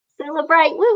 Celebrate